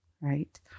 right